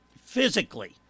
physically